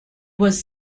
was